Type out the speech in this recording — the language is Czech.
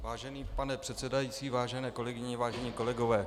Vážený pane předsedající, vážené kolegyně, vážení kolegové.